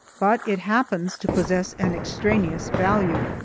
but it happens to possess an extraneous value.